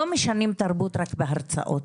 לא משנים תרבות רק בהרצאות,